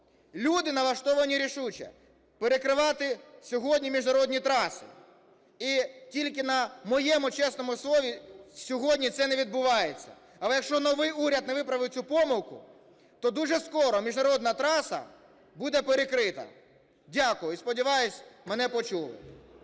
Люди налаштовані рішуче перекривати сьогодні міжнародні траси і тільки на моєму чесному слові сьогодні це не відбувається. Але якщо новий уряд не виправить цю помилку, то дуже скоро міжнародна траса буде перекрита. Дякую і сподіваюсь мене почули.